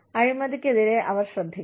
അഴിമതിക്കെതിരെ അവർ ശ്രദ്ധിക്കണം